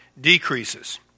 decreases